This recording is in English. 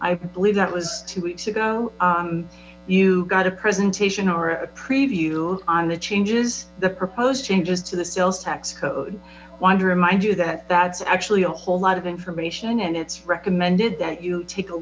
i believe that was two weeks ago you got a presentation or a preview on the changes the proposed changes to the sales tax code want to remind you that that's actually a whole lot of information and it's recommended that you take a